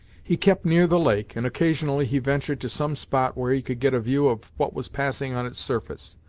he kept near the lake, and occasionally he ventured to some spot where he could get a view of what was passing on its surface.